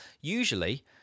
usually